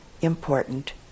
important